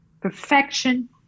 perfection